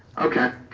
okay.